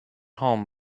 home